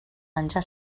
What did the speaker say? menjar